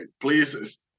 Please